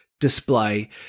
display